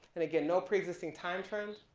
and again no preexisting time trend.